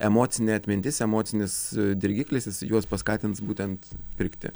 emocinė atmintis emocinis dirgiklis jis juos paskatins būtent pirkti